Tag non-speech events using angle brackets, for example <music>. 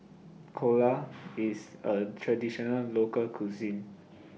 <unintelligible> IS A Traditional Local Cuisine